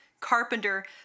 carpenter